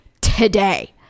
today